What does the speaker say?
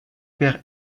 père